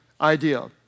idea